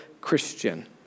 Christian